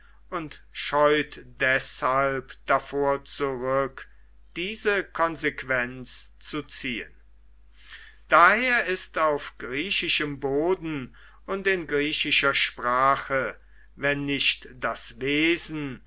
und scheut deshalb davor zurück diese konsequenz zu ziehen daher ist auf griechischem boden und in griechischer sprache wenn nicht das wesen